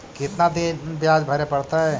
कितना दिन बियाज भरे परतैय?